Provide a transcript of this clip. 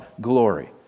glory